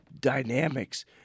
dynamics